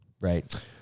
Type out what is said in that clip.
Right